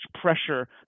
pressure